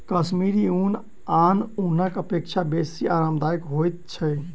कश्मीरी ऊन आन ऊनक अपेक्षा बेसी आरामदायक होइत छै